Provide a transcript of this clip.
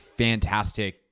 fantastic